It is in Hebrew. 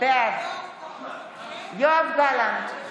בעד יואב גלנט,